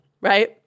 right